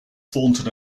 thornton